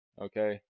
okay